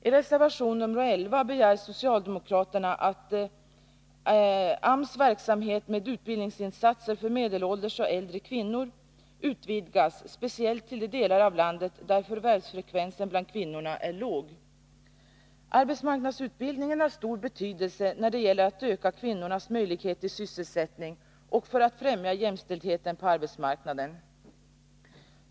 I reservation 11 begär socialdemokraterna att AMS verksamhet med utbildningsinsatser för medelålders och äldre kvinnor utvidgas speciellt i de delar av landet där förvärvsfrekvensen bland kvinnorna är låg. Arbetsmarknadsutbildningen har stor betydelse när det gäller att öka kvinnornas möjligheter till sysselsättning och för att främja jämställdheten på arbetsmarknaden.